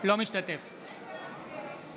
אינו משתתף בהצבעה